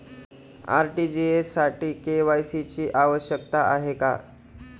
RTGS साठी KYC ची आवश्यकता आहे का?